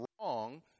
wrong